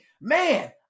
man